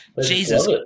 Jesus